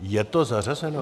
Je to zařazeno?